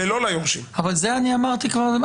ולא ליורשים --- אבל את זה אני אמרתי כבר.